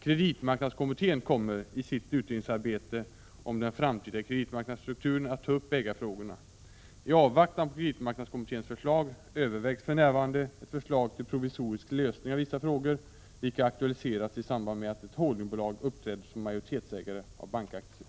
Kreditmarknadskommittén kommer i sitt utredningsarbete om den framtida kreditmarknadsstrukturen att ta upp ägarfrågorna. I avvaktan på kreditmarknadskommitténs förslag övervägs för närvarande ett förslag till provisorisk lösning av vissa frågor, vilka har aktualiserats i samband med att ett holdingbolag uppträtt som majoritetsägare av bankaktier.